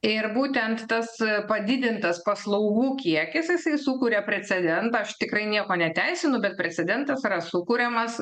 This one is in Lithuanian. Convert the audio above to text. ir būtent tas padidintas paslaugų kiekis jisai sukuria precedentą aš tikrai nieko neteisinu bet precedentas yra sukuriamas